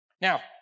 Now